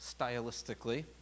stylistically